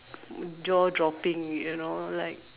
jaw dropping you know like